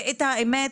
את האמת,